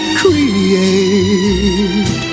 create